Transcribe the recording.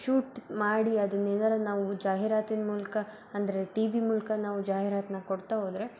shoot ಮಾಡಿ ಅದನ್ನ ಏನಾರು ನಾವು ಜಾಹೀರಾತಿನ ಮೂಲಕ ಅಂದರೆ ಟಿ ವಿ ಮೂಲಕ ನಾವು ಜಾಹೀರಾತನ್ನ ಕೊಡ್ತಾ ಹೋದ್ರೆ